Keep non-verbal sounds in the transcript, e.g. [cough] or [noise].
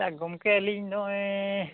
[unintelligible] ᱜᱮᱢᱠᱮ ᱟᱹᱞᱤᱧ ᱱᱚᱜᱼᱚᱸᱭ